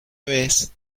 vez